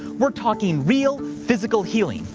we're talking real physical healing,